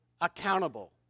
accountable